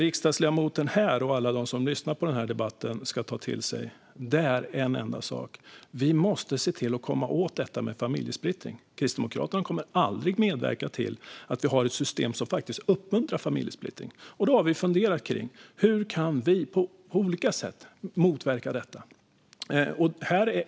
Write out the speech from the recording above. Riksdagsledamoten och alla som lyssnar på debatten ska ta till sig en enda sak: Vi måste se till att komma åt detta med familjesplittring. Kristdemokraterna kommer aldrig att medverka till ett system som faktiskt uppmuntrar till familjesplittring. Vi har funderat på olika sätt för att motverka det.